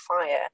fire